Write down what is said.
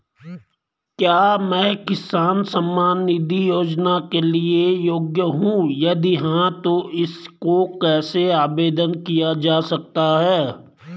क्या मैं किसान सम्मान निधि योजना के लिए योग्य हूँ यदि हाँ तो इसको कैसे आवेदन किया जा सकता है?